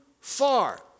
far